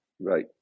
right